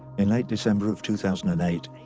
in late december of two thousand and eight,